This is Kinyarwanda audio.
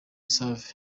save